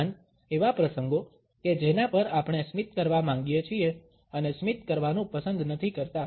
ઉપરાંત એવા પ્રસંગો કે જેના પર આપણે સ્મિત કરવા માંગીએ છીએ અને સ્મિત કરવાનું પસંદ નથી કરતા